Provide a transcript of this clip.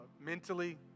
mentally